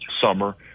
Summer